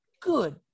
good